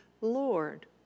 Lord